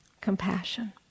compassion